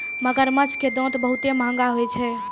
मगरमच्छ के दांत बहुते महंगा होय छै